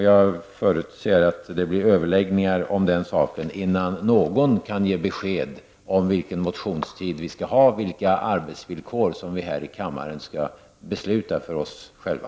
Jag förutsätter att det blir överläggningar om den saken innan någon kan ge besked om vilken motionstid som skall gälla, vilka arbetsvillkor som vi här i kammaren skall besluta om för oss själva.